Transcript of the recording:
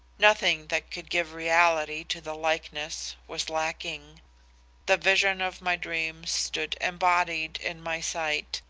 nothing that could give reality to the likeness, was lacking the vision of my dreams stood embodied in my sight,